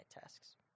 tasks